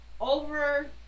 over